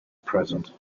present